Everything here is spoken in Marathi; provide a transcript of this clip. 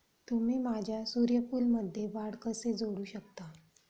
तुम्ही माझ्या सूर्यफूलमध्ये वाढ कसे जोडू शकता?